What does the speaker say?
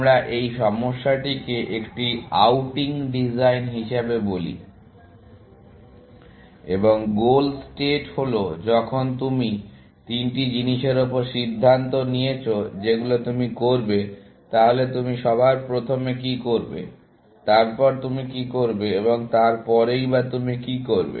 আমরা এই সমস্যাটিকে একটি আউটিং ডিজাইন হিসাবে বলি এবং গোল স্টেট হল যখন তুমি তিনটি জিনিসের উপর সিদ্ধান্ত নিয়েছো যেগুলো তুমি করবে তাহলে তুমি সবার প্রথমে কি করবে তারপর তুমি কি করবে এবং তারপরে বা তুমি কি করবে